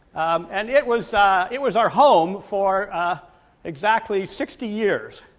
and it was ah it was our home for ah exactly sixty years.